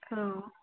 औ